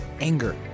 anger